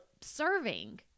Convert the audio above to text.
serving